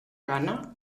gana